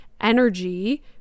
energy